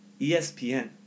ESPN